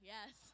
Yes